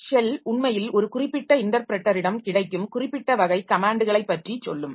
shell உண்மையில் ஒரு குறிப்பிட்ட இன்டர்ப்ரெட்டரிடம் கிடைக்கும் குறிப்பிட்ட வகை கமேன்ட்களை பற்றி சொல்லும்